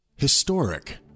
Historic